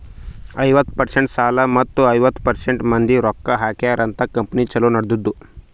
ಐವತ್ತ ಪರ್ಸೆಂಟ್ ಸಾಲ ಮತ್ತ ಐವತ್ತ ಪರ್ಸೆಂಟ್ ಮಂದಿ ರೊಕ್ಕಾ ಹಾಕ್ಯಾರ ಅಂತ್ ಕಂಪನಿ ಛಲೋ ನಡದ್ದುದ್